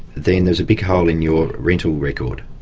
then there's a big hole in your rental record.